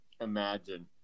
Imagine